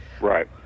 right